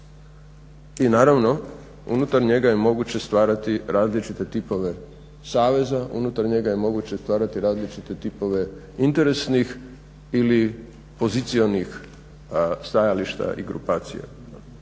I naravno unutar njega je moguće stvarati različite tipove saveza, unutar njega je moguće stvarati različite tipove interesnih ili pozicionih stajališta i grupacija.